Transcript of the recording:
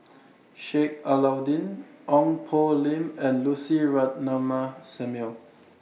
Sheik Alau'ddin Ong Poh Lim and Lucy Ratnammah Samuel